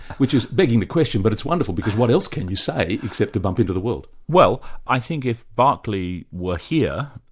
which is begging the question, but it's wonderful because what else can you say except to bump into the world. well, i think if barclay were here,